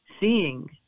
seeing